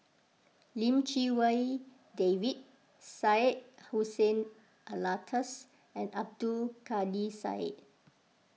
Lim Chee Wai David Syed Hussein Alatas and Abdul Kadir Syed